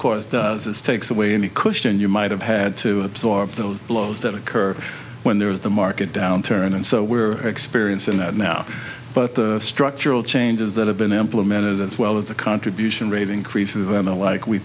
course does is takes away any cushion you might have had to absorb the blows that occur when there is the market downturn and so we're experiencing that now but the structural changes that have been implemented as well as the contribution rate increases and the like we